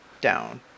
down